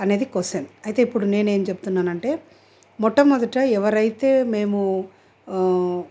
అనేది క్వశ్చన్ అయితే ఇప్పుడు నేను ఏమి చెబుతున్నానంటే మొట్టమొదట ఎవరైతే మేము